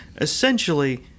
essentially